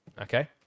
okay